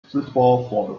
football